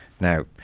Now